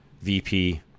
VP